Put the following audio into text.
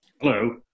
Hello